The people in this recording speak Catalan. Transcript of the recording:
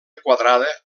quadrada